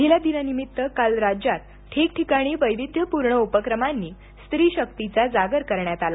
महिला दिनानिमित्त काल राज्यात ठिकठिकाणी वैविध्यपूर्ण उपक्रमांनी स्त्रीशकीचा जागर करण्यात आला